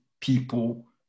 people